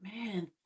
Man